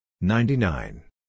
ninety-nine